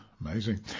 amazing